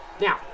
now